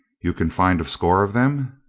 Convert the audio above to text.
you can find a score of them?